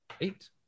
eight